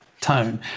Tone